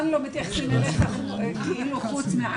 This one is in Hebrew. כי למעשה אנחנו מיישמים אותו